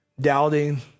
doubting